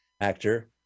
actor